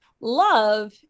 love